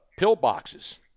pillboxes